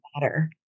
matter